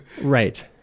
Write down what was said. Right